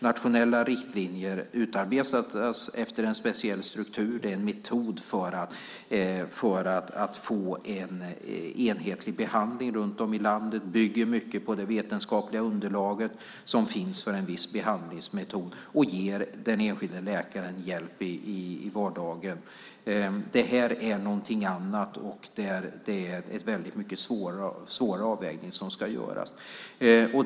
Nationella riktlinjer utarbetas efter en speciell struktur. Det är en metod för att få en enhetlig behandling runt om i landet. Det bygger mycket på det vetenskapliga underlag som finns för en viss behandlingsmetod och ger den enskilde läkaren hjälp i vardagen. Det här är någonting annat, och det är en mycket svår avvägning som ska göras.